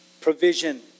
Provision